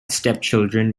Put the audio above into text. stepchildren